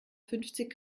fünfzig